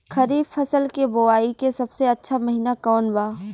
खरीफ फसल के बोआई के सबसे अच्छा महिना कौन बा?